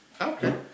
Okay